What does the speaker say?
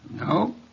No